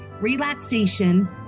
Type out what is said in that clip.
relaxation